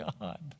God